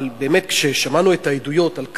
אבל באמת כששמענו את העדויות על כך,